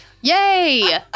Yay